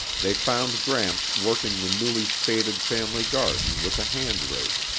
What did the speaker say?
they found gramps working the newly spaded family garden with a hand rake.